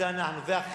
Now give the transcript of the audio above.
ועכשיו